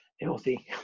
Healthy